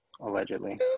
allegedly